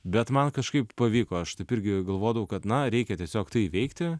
bet man kažkaip pavyko aš taip irgi galvodavau kad na reikia tiesiog tai įveikti